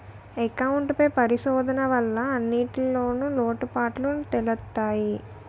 account పై పరిశోధన వల్ల అన్నింటిన్లో లోటుపాటులు తెలుత్తయి